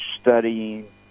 studying